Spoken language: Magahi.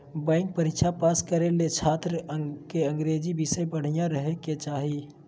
बैंक परीक्षा पास करे ले छात्र के अंग्रेजी विषय बढ़िया रहे के चाही